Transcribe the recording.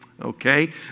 Okay